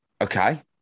Okay